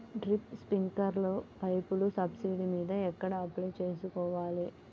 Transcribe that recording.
Drip, స్ప్రింకర్లు పైపులు subsidy మీద ఎక్కడ అప్లై చేసుకోవాలి?